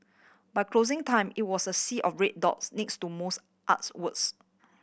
by closing time it was a sea of red dots next to most artworks